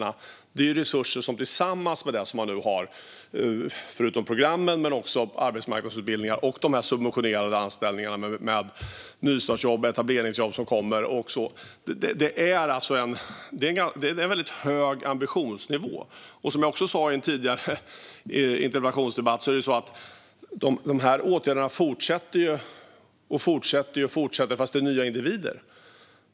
Till dessa resurser kan läggas det som man nu har - förutom program finns arbetsmarknadsutbildningar och de subventionerade anställningar, nystartsjobb och etableringsjobb som kommer. Det är en väldigt hög ambitionsnivå. Som jag sa i en tidigare interpellationsdebatt fortsätter dessa åtgärder fast det handlar om nya individer.